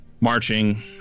marching